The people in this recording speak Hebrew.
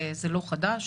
זה לא חדש.